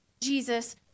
Jesus